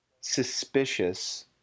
suspicious